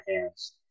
hands